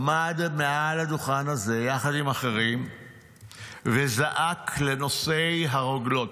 עמד מעל הדוכן הזה יחד עם אחרים וזעק לנושא הרוגלות.